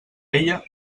ella